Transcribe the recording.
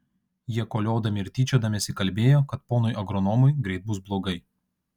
jie koliodami ir tyčiodamiesi kalbėjo kad ponui agronomui greit bus blogai